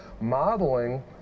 modeling